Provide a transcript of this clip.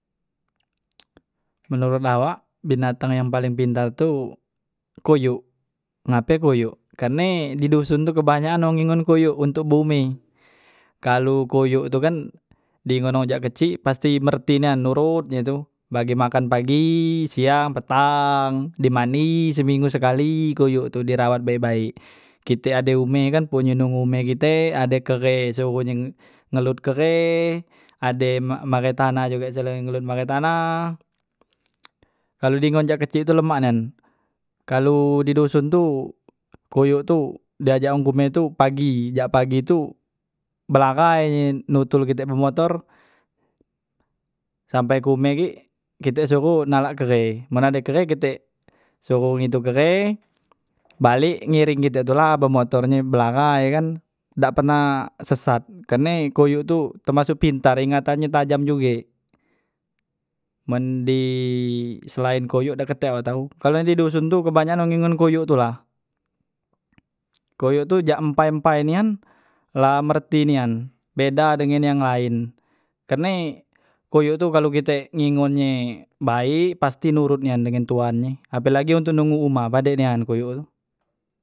menurut awak binatang paling pintar tu koyok, ngape koyok karne di doson tu kebanyakan wong ngengon koyok untuk beumeh, kalu koyok tu kan dingon wong jak kecik pasti ngerti nian nurut he tu, bagi makan pagi, siang, petang, di mandi seminggu sekali koyok tu di rawat baek- baek kite ade humeh kan ye nunggu humeh kite ade kere suruh nye ngulut kere ade mar maretanah juge disuruh ngelut maretanah kalu dingon sejak kecik tu lemak nian kalu di doson tu koyok tu di ajak wong behumeh tu pagi, jak pagi tu belahai ye nutut kite bemotor sampei ke humeh gek kite suruh nalak kere, men ade kere kite suruh ngidup kere balek ngiring kite tula bemotor nye belahai kan, dak pernah sesat karne koyok tu termasuk pintar ingatan nye tajam juge, men di selain koyok dak katek awak tau, kalu yang di doson tu kebanyakan wong ngengon koyok tula, koyok tu jak empai- empai nian la merti nian beda dengen yang laen karne koyok tu kalu kite ngengon nye baik pasti nurut nian dengan tuan nye apelagi untuk nunggu humah padek nian koyok tu.